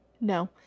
No